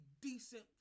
decent